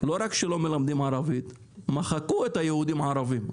לא רק שלא מלמדים ערבית, מחקו את היהודים הערבים.